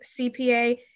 CPA